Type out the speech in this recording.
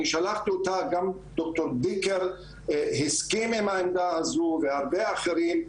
גם ד"ר דיקר הסכים עם העמדה הזו והרבה אחרים.